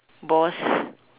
boss